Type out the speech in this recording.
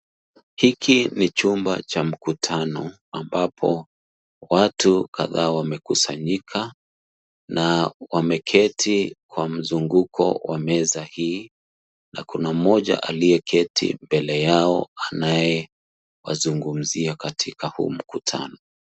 Hiki ni chumba cha mkutano, ambapo watu kadhaa wamekusanyika, na wameketi kwa mzunguko wa meza hii, na kuna mmoja aliyeketi mbele yao, anaye wazungumzia katika huu mkutano.